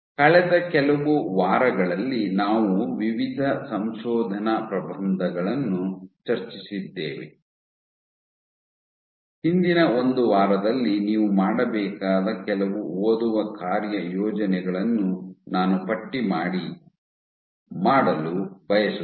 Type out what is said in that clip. ಕಳೆದ ಕೆಲವು ವಾರಗಳಲ್ಲಿ ನಾವು ವಿವಿಧ ಸಂಶೋಧನಾ ಪ್ರಬಂಧಗಳನ್ನು ಚರ್ಚಿಸಿದ್ದೇವೆ ಹಿಂದಿನ ಒಂದು ವಾರದಲ್ಲಿ ನೀವು ಮಾಡಬೇಕಾದ ಕೆಲವು ಓದುವ ಕಾರ್ಯಯೋಜನೆಗಳನ್ನು ನಾನು ಪಟ್ಟಿ ಮಾಡಲು ಬಯಸುತ್ತೇನೆ